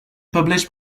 published